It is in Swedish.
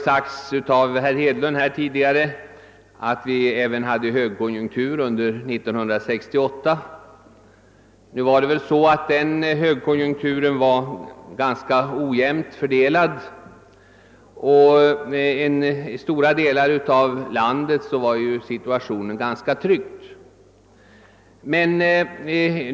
Herr Hedlund sade att det rådde en högkonjunktur även 1968. Den högkonjunkturen var emellertid ganska ojämnt fördelad, och i stora delar av landet var situationen besvärlig.